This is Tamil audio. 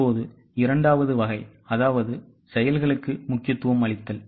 இப்போது இரண்டாவது வகை அதாவது செயல்களுக்கு முக்கியத்துவம் அளித்தல்